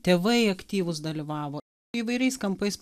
tėvai aktyvūs dalyvavo įvairiais kampais